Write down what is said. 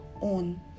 on